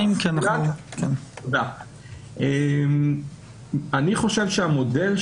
אני חושב שהמודל,